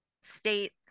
state